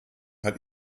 hat